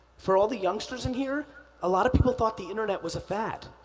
for all the youngsters in here, a lot of people thought the internet was a fad.